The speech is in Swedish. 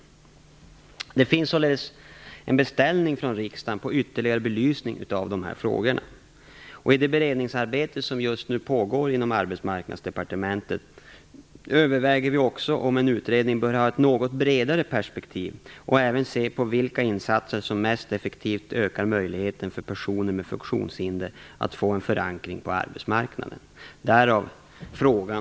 Det finns således en beställning från riksdagen på ytterligare belysning av de här frågorna. I det beredningsarbete som just nu pågår inom Arbetsmarknadsdepartementet överväger vi också om en utredning bör ha ett något bredare perspektiv och även se på vilka insatser som mest effektivt ökar möjligheterna för personer med funktionshinder att få en förankring på arbetsmarknaden.